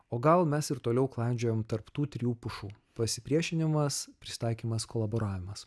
o gal mes ir toliau klaidžiojom tarp tų trijų pušų pasipriešinimas prisitaikymas kolaboravimas